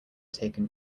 taken